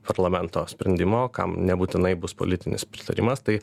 parlamento sprendimo kam nebūtinai bus politinis pritarimas tai